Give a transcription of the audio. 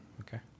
Okay